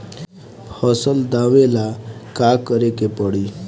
फसल दावेला का करे के परी?